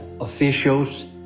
officials